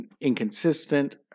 inconsistent